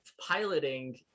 piloting